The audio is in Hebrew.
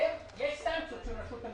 יש נושא של אנשים